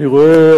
אני רואה,